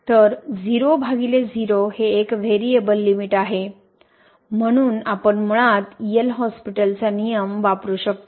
तर 0 भागिले 0 हे एक व्हेरीएबल लिमिट आहे म्हणून आपण मुळात एल हॉस्पिटलचा नियम वापरू शकतो